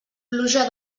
pluja